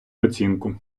оцінку